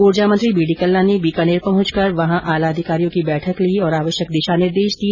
ऊर्जा मंत्री B D Kalla ने बीकानेर पहुंचकर वहां आला अधिकारियों की बैठक ली और आवश्यक दिशा निर्देश दिए